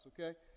okay